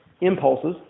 impulses